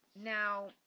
Now